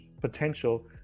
potential